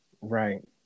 Right